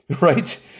right